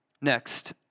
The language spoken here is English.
Next